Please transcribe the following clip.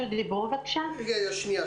רחלי,